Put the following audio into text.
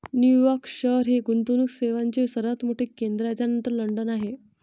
New York शहर हे गुंतवणूक सेवांचे सर्वात मोठे केंद्र आहे त्यानंतर लंडन आहे